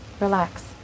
relax